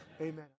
amen